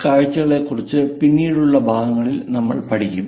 ഈ കാഴ്ചകളെക്കുറിച്ച് പിന്നീടുള്ള ഭാഗങ്ങളിലും നമ്മൾ പഠിക്കും